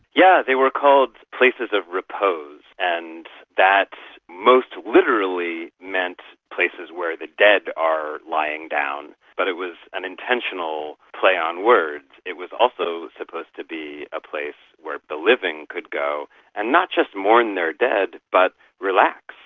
yeah they were called places of repose, and that most literally meant places where the dead are lying down, but it was an intentional play on words. it was also supposed to be a place where the living could go and not just mourn their dead but relax,